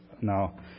now